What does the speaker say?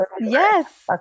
yes